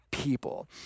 People